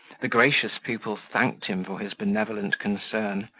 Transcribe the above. the gracious pupil thanked him for his benevolent concern,